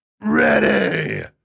ready